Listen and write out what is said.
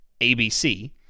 ABC